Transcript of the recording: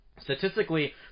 Statistically